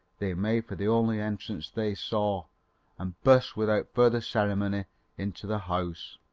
they made for the only entrance they saw and burst without further ceremony into the house.